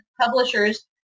publishers